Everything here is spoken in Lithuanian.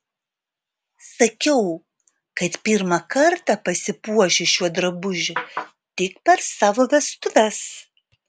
sakiau kad pirmą kartą pasipuošiu šiuo drabužiu tik per savo vestuves